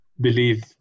believe